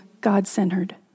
God-centered